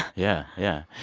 yeah, yeah.